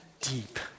deep